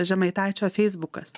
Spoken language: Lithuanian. žemaitaičio feisbukas